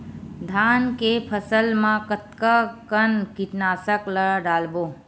धान के फसल मा कतका कन कीटनाशक ला डलबो?